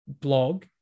blog